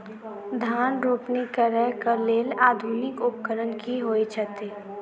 धान रोपनी करै कऽ लेल आधुनिक उपकरण की होइ छथि?